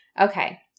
Okay